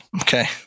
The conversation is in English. Okay